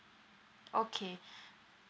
okay